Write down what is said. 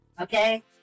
okay